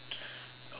okay